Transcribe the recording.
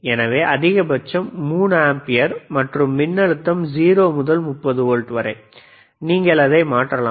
எனவே அதிகபட்சம் 3 ஆம்பியர் மற்றும் மின்னழுத்தம் 0 முதல் 30 வோல்ட் வரை நீங்கள் அதை மாற்றலாம்